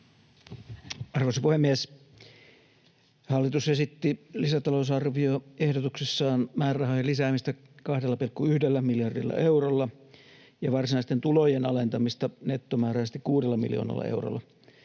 Arvoisa puhemies! Hallitus esitti lisätalousarvioehdotuksessaan määrärahojen lisäämistä 2,1 miljardilla eurolla ja varsinaisten tulojen alentamista nettomääräisesti kuudella miljoonalla eurolla.